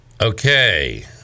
Okay